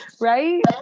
right